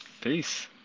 peace